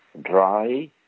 dry